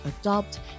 adopt